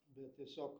bet tiesiog